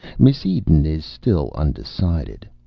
miss eden is still undecided.